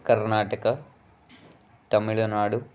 Karnataka Tamil Nadu